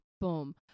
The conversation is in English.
boom